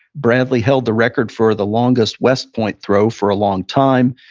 bradley held the record for the longest west point throw for a long time.